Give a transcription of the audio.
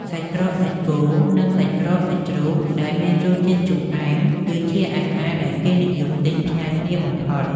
សាច់ក្រកសាច់គោ និងសាច់ក្រកសាច់ជ្រូក ដែលមានរសជាតិជូរអែម គឺជាអាហារដែលគេនិយមទិញផ្ញើគ្នាបំផុត។